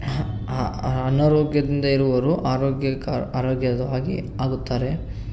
ಅನಾರೋಗ್ಯದಿಂದ ಇರುವರು ಆರೋಗ್ಯಕ್ಕಾ ಆರೋಗ್ಯವಾಗಿ ಆಗುತ್ತಾರೆ